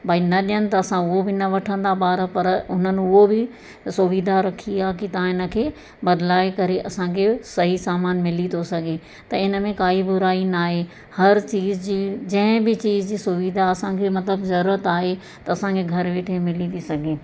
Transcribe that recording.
भई न ॾियनि त सां उहो बि न वठंदा ॿार पर हुननि उहो बि सुविधा रखी आहे की तव्हां इन खे बदिलाए करे असांखे सही सामान मिली थो सघे त इन में काई बुराई न आहे हर चीज़ जी जंहिं बि चीज़ जी असांखे मतिलबु ज़रूरत आहे त असांखे घरु वेठे मिली थी सघे